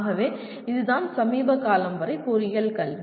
ஆகவே இதுதான் சமீப காலம் வரை பொறியியல் கல்வி